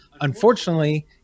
unfortunately